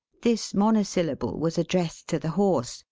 this monosyllable was addressed to the horse,